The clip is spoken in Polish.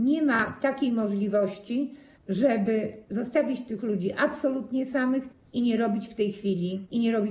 Nie ma takiej możliwości, żeby zostawić tych ludzi absolutnie samych i nie robić w tej chwili nic.